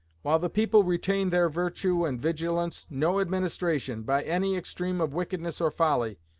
while the people retain their virtue and vigilance, no administration, by any extreme of wickedness or folly,